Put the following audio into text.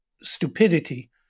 stupidity